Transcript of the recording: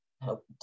help